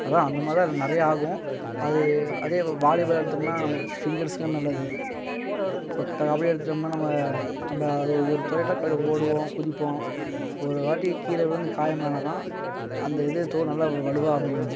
அதான் அந்தமாதிரிதான் இது நிறையா ஆகும் அது அதே இப்போ வாலிபால் எடுத்தோம்னா நம்ம ஃபிங்கர்ஸுக்கும் நல்லது இப்போ கபடி எடுத்துட்டோம்னா நம்ம நம்ம அது ஒரு ஓடுவோம் குதிப்போம் ஒரு வாட்டி கீழே விழுந்து காயமானால் தான் அந்த இது தோல் நல்ல வலுவாக அமையும்